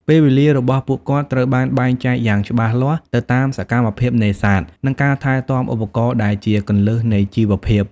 ពេលវេលារបស់ពួកគាត់ត្រូវបានបែងចែកយ៉ាងច្បាស់លាស់ទៅតាមសកម្មភាពនេសាទនិងការថែទាំឧបករណ៍ដែលជាគន្លឹះនៃជីវភាព។